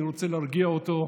אני רוצה להרגיע אותו: